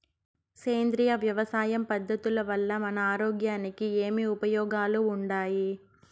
సేంద్రియ వ్యవసాయం పద్ధతుల వల్ల మన ఆరోగ్యానికి ఏమి ఉపయోగాలు వుండాయి?